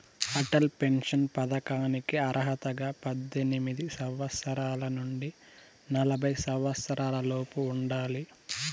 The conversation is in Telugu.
అటల్ పెన్షన్ పథకానికి అర్హతగా పద్దెనిమిది సంవత్సరాల నుండి నలభై సంవత్సరాలలోపు ఉండాలి